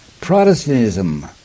Protestantism